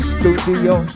Studio